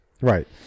right